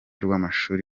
rw’amashuri